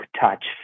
touch